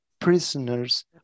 prisoners